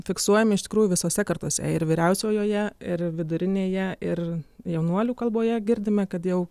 fiksuojami iš tikrųjų visose kartose ir vyriausiojoje ir vidurinėje ir jaunuolių kalboje girdime kad jau